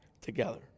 together